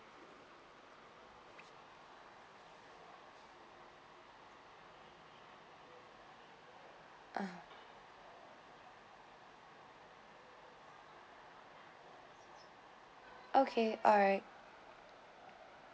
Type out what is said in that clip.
ah okay alright